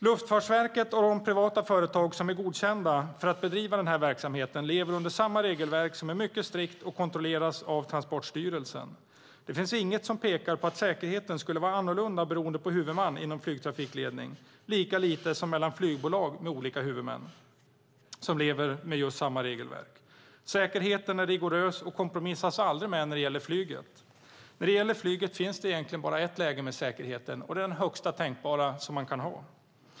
Luftfartsverket och de privata företag som är godkända för att bedriva verksamheten lever under samma regelverk, som är mycket strikt och som kontrolleras av Transportstyrelsen. Det finns inget som pekar på att säkerheten skulle vara annorlunda beroende på huvudman inom flygtrafikledning lika lite som mellan flygbolag med olika huvudmän som lever med samma regelverk. Säkerheten är rigorös och kompromissas aldrig med när det gäller flyget. När det gäller flyget finns det egentligen bara ett läge med säkerheten, och det är den högsta tänkbara som man kan ha.